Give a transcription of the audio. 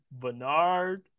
Bernard